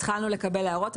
התחלנו לקבל הערות,